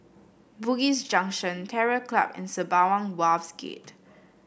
Bugis Junction Terror Club and Sembawang Wharves Gate